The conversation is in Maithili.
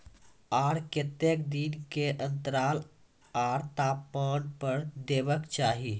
आर केते दिन के अन्तराल आर तापमान पर देबाक चाही?